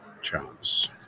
chance